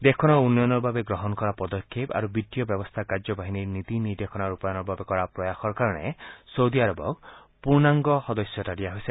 দেশখনৰ উন্নয়নৰ বাবে গ্ৰহণ কৰা পদক্ষেপ আৰু বিত্তীয় ব্যৱস্থা কাৰ্যবাহিনীৰ নীতি নিৰ্দেশনা ৰূপায়ণৰ বাবে কৰা প্ৰয়াসৰ কাৰণে ছৌদি আৰবক পূৰ্ণাংগ সদস্যতা দিয়া হৈছে